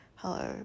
Hello